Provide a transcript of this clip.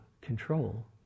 control